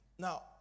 Now